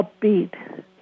upbeat